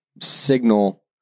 signal